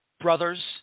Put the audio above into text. brothers